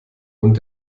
und